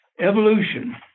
Evolution